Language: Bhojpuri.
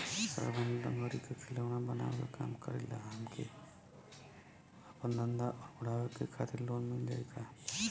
साहब हम लंगड़ी क खिलौना बनावे क काम करी ला हमके आपन धंधा अउर बढ़ावे के खातिर लोन मिल जाई का?